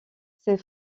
ses